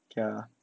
ya